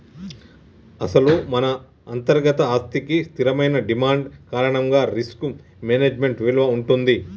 అసలు మన అంతర్గత ఆస్తికి స్థిరమైన డిమాండ్ కారణంగా రిస్క్ మేనేజ్మెంట్ విలువ ఉంటుంది